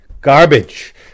Garbage